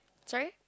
sorry